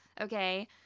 Okay